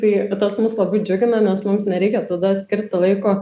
tai tas mus labai džiugina nes mums nereikia tada skirti laiko